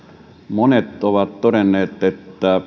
monet ovat todenneet että